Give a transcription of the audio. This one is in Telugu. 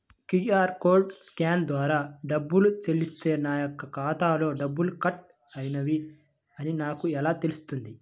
క్యూ.అర్ కోడ్ని స్కాన్ ద్వారా డబ్బులు చెల్లిస్తే నా యొక్క ఖాతాలో డబ్బులు కట్ అయినవి అని నాకు ఎలా తెలుస్తుంది?